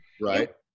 Right